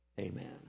Amen